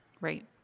Right